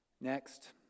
Next